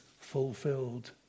fulfilled